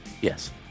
Yes